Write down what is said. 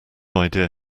idea